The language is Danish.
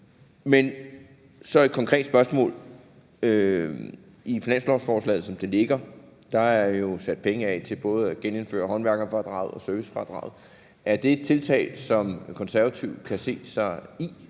jeg et konkret spørgsmål: I finanslovsforslaget, som det ligger, er der jo sat penge af til både at genindføre håndværkerfradraget og servicefradraget. Er det et tiltag, som De Konservative kan se sig i?